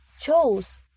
chose